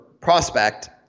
prospect